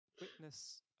witness